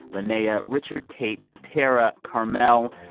lenea, richard, kate, tara, carmel,